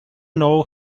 know